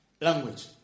Language